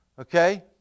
Okay